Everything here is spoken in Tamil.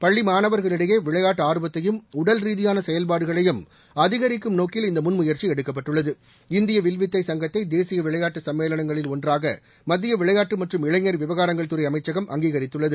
பள்ளி மாணவர்களிடையே விளையாட்டு ஆர்வத்தையும் உடல் ரீதியான செயல்பாடுகளையும் அதிகரிக்கும் நோக்கில் இந்த முன் முயற்சி எடுக்கப்பட்டுள்ளது இந்திய வில்வித்தை சங்கத்தை தேசிய விளையாட்டு சம்மேளனங்களில் ஒன்றாக மத்திய விளையாட்டு மற்றும் இளைஞர் விவகாரங்கள் துறை அமைச்சகம் அங்கீகாரித்துள்ளது